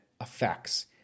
effects